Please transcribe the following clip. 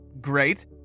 Great